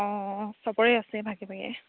অঁ চবৰে আছে ভাগে ভাগে